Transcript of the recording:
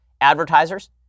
advertisers